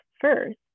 first